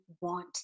want